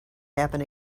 happen